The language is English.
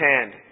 hand